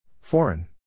Foreign